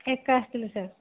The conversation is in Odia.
ଏକା ଆସିଥିଲି ସାର୍